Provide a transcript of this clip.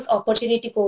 Opportunity